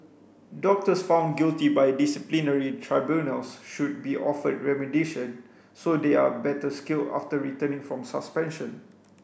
doctors found guilty by disciplinary tribunals should be offered remediation so they are better skilled after returning from suspension